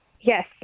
Yes